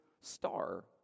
Star